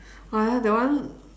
uh ya that one